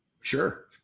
sure